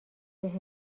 بهم